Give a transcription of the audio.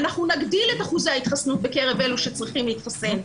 אנחנו נגדיל את אחוז ההתחסנות בקרב אלו שצריכים להתחסן.